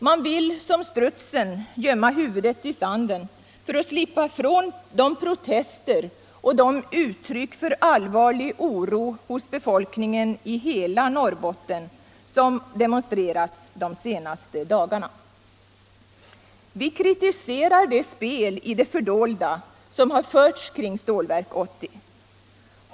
Man vill som strutsen gömma huvudet i sanden för att slippa från de protester och de uttryck för allvarlig oro hos befolkningen i hela Norrbotten som demonstrerats de senaste dagarna. Vi kritiserar det spel i det fördolda som har förts kring Stålverk 80.